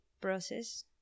process